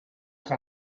que